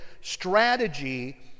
strategy